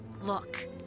Look